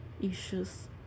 issues